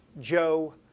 Joe